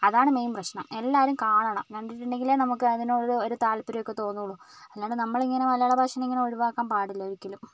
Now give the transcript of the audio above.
അതാണ് മെയിൻ പ്രശ്നം എല്ലാവരും കാണണം കണ്ടിട്ടുണ്ടെങ്കിലേ നമുക്ക് അതിനോട് ഒരു താൽപര്യം ഒക്കെ തോന്നുള്ളൂ അല്ലാണ്ട് നമ്മളിങ്ങനെ മലയാളഭാഷേനെ ഇങ്ങനെ ഒഴിവാക്കാൻ പാടില്ല ഒരിക്കലും